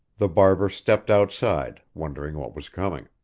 the barber stepped outside, wondering what was coming.